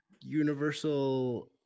universal